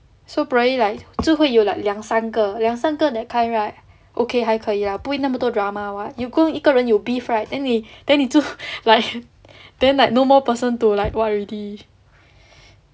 so probably like 只会有 like 两三个两三个 that kind right okay 还可以 lah 不会那么多 drama [what] you 跟一个人有 beef right then 你 then 你就 like then like no more person to like what already